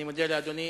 אני מודה לאדוני.